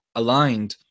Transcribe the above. aligned